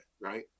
right